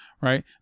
right